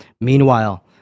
Meanwhile